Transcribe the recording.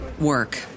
work